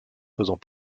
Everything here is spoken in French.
faisant